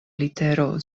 litero